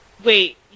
Wait